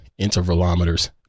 intervalometers